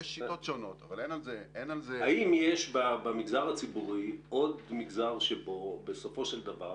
האם יש במגזר הציבורי עוד מגזר שבו בסופו של דבר,